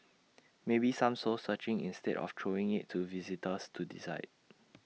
maybe some soul searching instead of throwing IT to visitors to decide